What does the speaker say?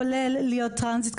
כולל להיות טרנסית,